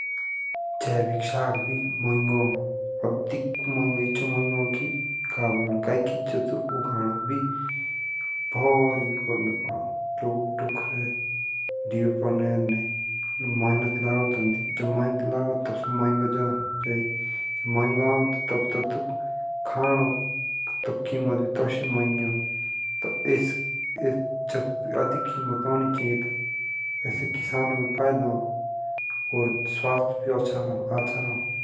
जैविक साग हो आडिकी होऐचो होकि तातुक उगाणोक भी भोरे कर्नो पड़ो लोगुक धूकरे दीबे पोर्ने हेरने मोहिनेत लागो तेन दी। जाब मोहिनेत लागु ताब सो मोहिंगो जाऊन मोहिंग्या हो ताब खानो की कीमत भी त्सी मोहेंगी हो। आडिक कीमत होनि चाइये आस्क किसानक भी फाइदा हो आर स्वास्थ्य भी आच्हा रो।